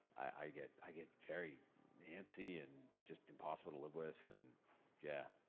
i get i get very antsy and just impossible to live with, and yeah.